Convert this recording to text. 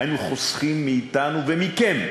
היינו חוסכים מאתנו ומכם,